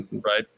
right